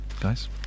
Guys